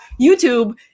YouTube